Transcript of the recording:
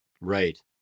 Right